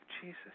Jesus